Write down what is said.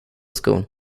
skon